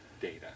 data